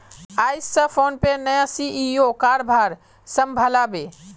आइज स फोनपेर नया सी.ई.ओ कारभार संभला बे